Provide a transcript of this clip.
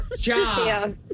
job